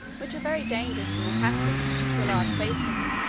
which are very dangerous in the passage, to a large basin,